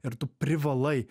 ir tu privalai